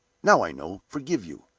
now i know! forgive you?